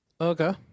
Okay